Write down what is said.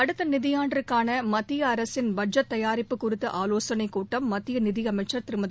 அடுத்த நிதியாண்டிற்கான மத்திய அரசின் பட்ஜெட் தயாரிப்பு குறித்த ஆலோசனை கூட்டம் மத்திய நிதியமைச்சர் திருமதி